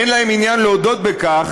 אין להם עניין להודות בכך,